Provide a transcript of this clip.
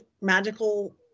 magical